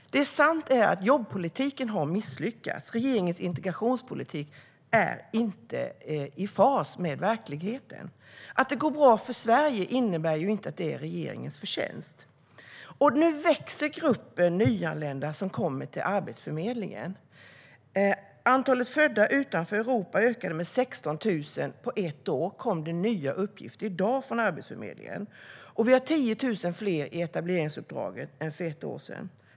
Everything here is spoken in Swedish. Det är sant att jobbpolitiken har misslyckats. Regeringens integrationspolitik är inte i fas med verkligheten. Att det går bra för Sverige innebär inte att det är regeringens förtjänst. Nu växer gruppen nyanlända som kommer till Arbetsförmedlingen. Det kom i dag nya uppgifter från Arbetsförmedlingen om att antalet födda utanför Europa ökade med 16 000 på ett år, och vi har 10 000 fler i etableringsuppdraget än för ett år sedan.